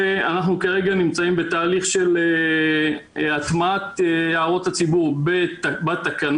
ואנחנו כרגע נמצאים בתהליך של הטמעת הערות הציבור בתקנות,